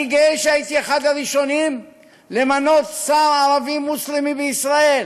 אני גאה שהייתי אחד הראשונים למנות שר ערבי מוסלמי בישראל,